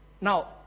Now